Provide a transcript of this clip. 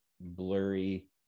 blurry